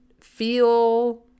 feel